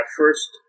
first